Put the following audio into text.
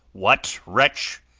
what, wretch!